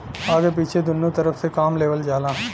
आगे पीछे दुन्नु तरफ से काम लेवल जाला